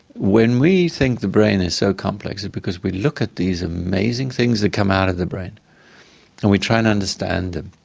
when we think the brain is so complex it's because we look at these amazing things that come out of the brain and we try and understand them.